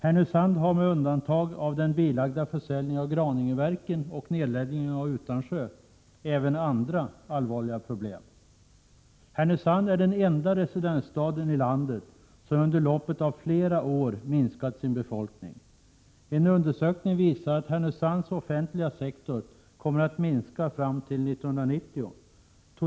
Förutom problem med den bilagda försäljningen av Graningeverken och nedläggningen av Utansjö har Härnösand också andra allvarliga problem. Härnösand är den enda residensstad i landet vars befolkning under loppet av flera år minskat. En undersökning visar att Härnösands offentliga sektor kommer att Prot. 1987/88:113 minska fram till 1990.